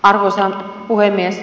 arvoisa puhemies